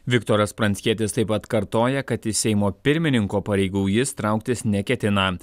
viktoras pranckietis taip pat kartoja kad iš seimo pirmininko pareigų jis trauktis neketina